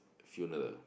funeral